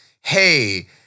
hey